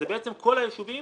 אלה בעצם כל הישובים